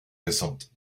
récente